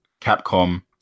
Capcom